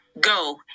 go